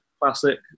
classic